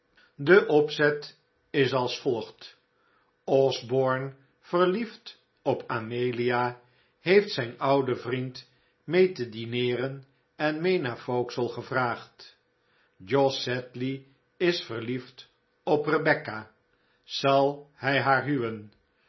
de opzet is als volgt osborne verliefd op amelia heeft zijn ouden vriend mee te dineeren en mee naar vauxhall gevraagd jos sedley is verliefd op rebecca zal hij haar huwen